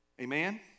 Amen